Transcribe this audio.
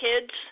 kids